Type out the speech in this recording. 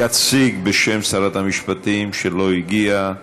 יציג בשם שרת המשפטים, שלא הגיעה,